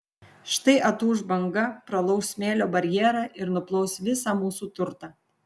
štai atūš banga pralauš smėlio barjerą ir nuplaus visą mūsų turtą